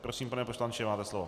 Prosím, pane poslanče, máte slovo.